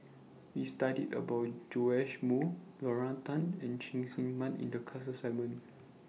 We studied about Joash Moo Lorna Tan and Cheng Tsang Man in The class assignment